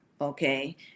Okay